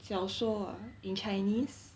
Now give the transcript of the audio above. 小说 ah in chinese